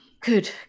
Good